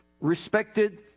respected